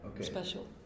special